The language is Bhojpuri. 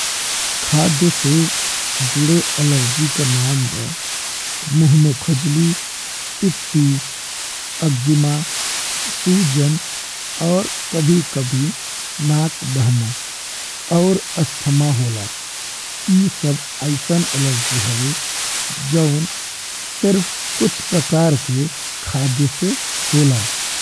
खाद्य से जुड़े अलर्जी का नाम बा मुँह में खुजली, पियटी, अग्जिमा, सूजन और कभी-कभी नाक बहना और अस्थमा होला, ई सब अइसन अलर्जी हवे जौन सिर्फ कुछ प्रकार के खाद्य से होला।